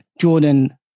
Jordan